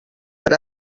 per